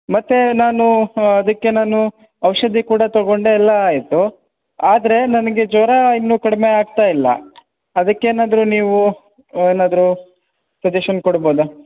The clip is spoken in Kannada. ಮತ್ತೇ ನಾನು ಹಾಂ ಅದಕ್ಕೆ ನಾನು ಔಷಧಿ ಕೂಡ ತಗೊಂಡು ಎಲ್ಲಾ ಆಯಿತು ಆದರೆ ನನಗೆ ಜ್ವರ ಇನ್ನು ಕಡಿಮೆ ಆಗ್ತಾಯಿಲ್ಲ ಅದಿಕ್ಕೇನಾದರು ನೀವು ಏನಾದರು ಸಜೇಶನ್ ಕೊಡ್ಬೋದ